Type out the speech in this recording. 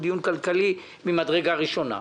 הוא דיון כלכלי ממדרגה ראשונה.